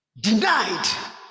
Denied